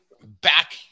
back